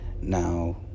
now